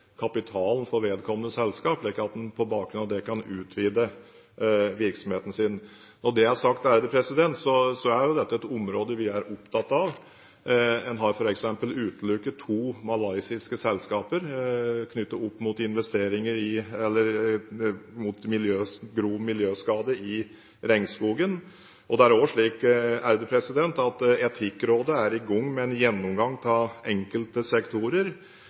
kapitalen for vedkommende selskap, slik at man på bakgrunn av det kan utvide virksomheten sin. Som jeg har sagt, er dette et område vi er opptatt av. Man har f.eks. utelukket to malaysiske selskaper knyttet til grov miljøskade i regnskogen. Det er også slik at Etikkrådet er i gang med en gjennomgang av enkelte sektorer